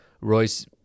Royce